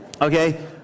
Okay